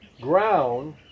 ground